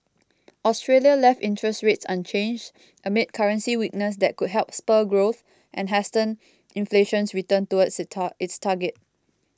Australia left interest rates unchanged amid currency weakness that could help spur growth and hasten inflation's return towards its tar its target